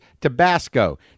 Tabasco